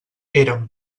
érem